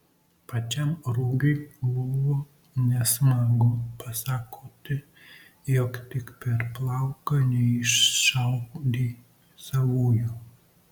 pačiam rugiui buvo nesmagu pasakoti jog tik per plauką neiššaudė savųjų